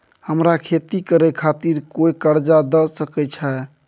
हमरा खेती करे खातिर कोय कर्जा द सकय छै?